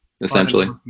essentially